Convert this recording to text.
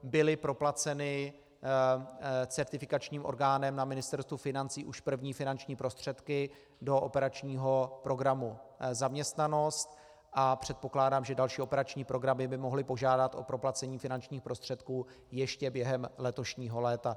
Byly proplaceny certifikačním orgánem na Ministerstvu financí už první finanční prostředky do operačního programu Zaměstnanost a předpokládám, že další operační programy by mohly požádat o proplacení finančních prostředků ještě během letošního léta.